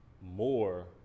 more